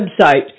website